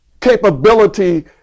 capability